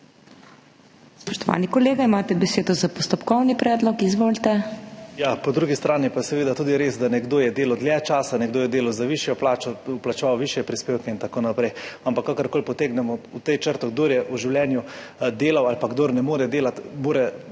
Spoštovani kolega, imate besedo za postopkovni predlog. Izvolite. ALEKSANDER REBERŠEK (PS NSi): Ja, po drugi strani pa je seveda tudi res, da je nekdo delal dlje časa, nekdo je delal za višjo plačo, plačeval višje prispevke in tako naprej. Ampak kakorkoli potegnemo črto, kdor je v življenju delal ali pa kdor ne more delati, mora država